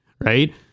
right